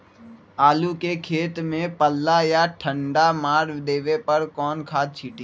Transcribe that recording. आलू के खेत में पल्ला या ठंडा मार देवे पर कौन खाद छींटी?